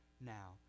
now